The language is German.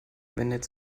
wendet